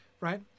right